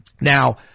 Now